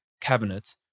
cabinet